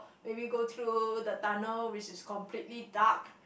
maybe go through the tunnel which is completely dark